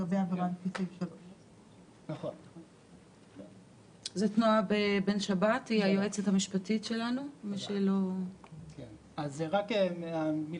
זה לפי סעיף 3. נכון.